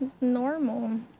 normal